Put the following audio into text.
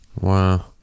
Wow